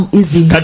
easy